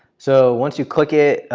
so once you click it,